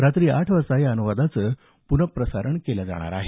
रात्री आठ वाजता या अनुवादाचं प्नःप्रसारण केलं जाईल